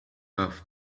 off